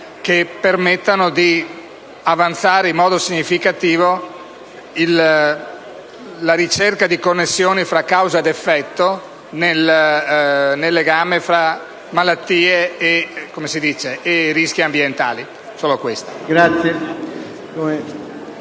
che permettano di avanzare in modo significativo la ricerca di connessioni tra causa ed effetto nel legame tra malattie e rischi ambientali.